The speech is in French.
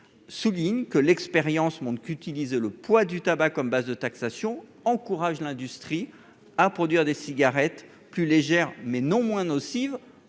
souligne toutefois, l'expérience montre que l'utilisation du poids du tabac comme base de taxation encourage l'industrie à produire des cigarettes plus légères, mais non moins nocives,